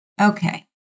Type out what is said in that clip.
Okay